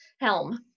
Helm